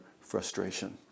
frustration